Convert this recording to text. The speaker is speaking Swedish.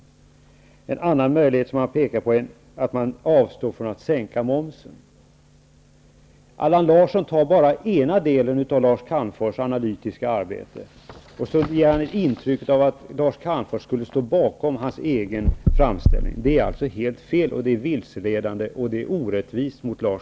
Han pekar också på möjligheten att man skulle avstå från att sänka momsen. Allan Larsson tar bara den ena delen av Lars Calmfors analytiska arbete, och sedan ger han intrycket av att Lars Calmfors skulle stå bakom hans egen framställning. Det är helt fel. Det är vilseledande, och det är orättvist mot Lars